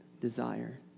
desire